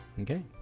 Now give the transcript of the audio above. Okay